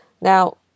Now